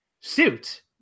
Suit